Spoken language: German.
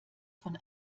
von